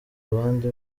abandi